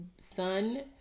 son